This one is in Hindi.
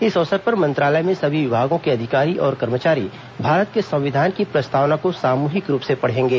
इस अवसर पर मंत्रालय में सभी विभागों के अधिकारी और कर्मचारी भारत के संविधान की प्रस्तावना को सामूहिक रूप से पढ़ेंगे